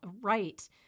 right